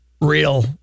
real